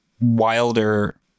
wilder